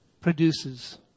produces